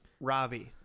ravi